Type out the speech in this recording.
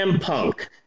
Punk